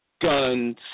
guns